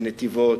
בנתיבות,